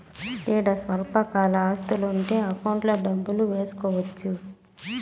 ఈడ స్వల్పకాల ఆస్తులు ఉంటే అకౌంట్లో డబ్బులు వేసుకోవచ్చు